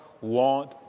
want